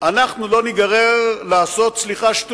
אנחנו לא ניגרר לעשות, סליחה, שטויות.